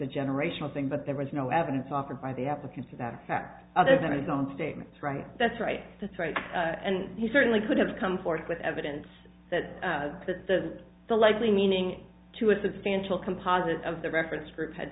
a generational thing but there was no evidence offered by the applicant to that effect other than his own statements right that's right that's right and he certainly could have come forth with evidence that the the likely meaning to a substantial composite of the reference group had